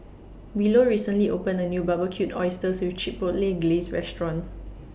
Willow recently opened A New Barbecued Oysters with Chipotle Glaze Restaurant